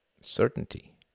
certainty